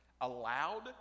allowed